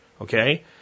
okay